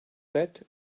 bet